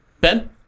ben